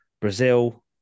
Brazil